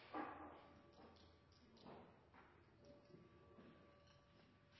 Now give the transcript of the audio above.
han